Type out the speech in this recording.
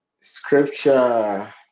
scripture